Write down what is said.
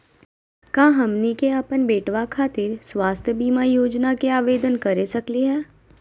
का हमनी के अपन बेटवा खातिर स्वास्थ्य बीमा योजना के आवेदन करे सकली हे?